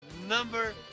Number